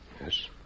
Yes